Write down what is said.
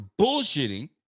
bullshitting